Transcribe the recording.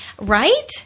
Right